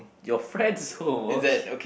your friend's home okay